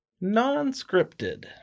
non-scripted